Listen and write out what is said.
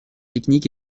technique